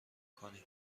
کنی